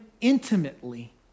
intimately